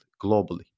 globally